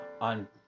on